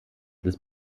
des